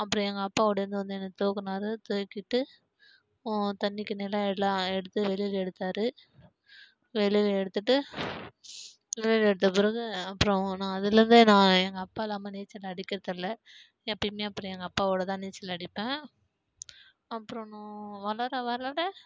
அப்புறம் எங்கள் அப்பா ஒடிவந்து வந்து என்னை தூக்கினாரு தூக்கிட்டு தண்ணி கிண்ணிலாம் எல்லாம் எடுத்து வெளியில் எடுத்தாரு வெளியில் எடுத்துட்டு வெளியில் எடுத்த பிறகு அப்புறம் நான் அதுலேருந்தே நான் எங்கள் அப்பா இல்லாமல் நீச்சல் அடிக்கிறதில்லை எப்போயுமே அப்புறம் எங்கள் அப்பாவோடு தான் நீச்சல் அடிப்பேன் அப்புறம் நான் வளர வளர